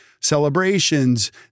celebrations